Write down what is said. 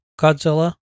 Godzilla